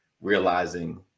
realizing